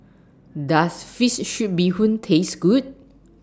Does Fish Soup Bee Hoon Taste Good